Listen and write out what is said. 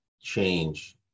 change